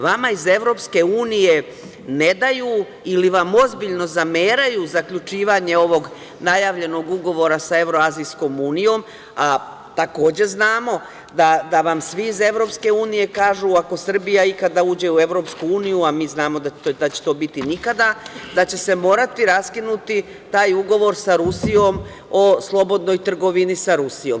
Vama iz EU ne daju ili vam ozbiljno zameraju zaključivanje ovog najavljenog ugovora sa Evro-azijskom unijom, a takođe znamo da vam svi iz EU kažu – ako Srbija ikada uđe u EU, a mi znamo da će to biti nikada, da će se morati raskinuti taj ugovor sa Rusijom o slobodnoj trgovini sa Rusijom.